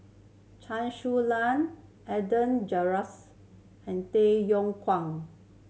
Chen Su Lan Adan and Tay Yong Kwang